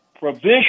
provision